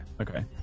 okay